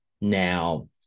now